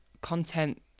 content